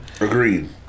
Agreed